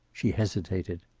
she hesitated.